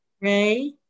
Ray